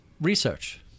research